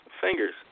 fingers